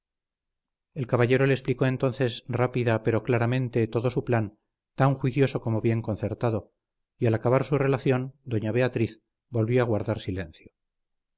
el caballero le explicó entonces rápida pero claramente todo su plan tan juicioso como bien concertado y al acabar su relación doña beatriz volvió a guardar silencio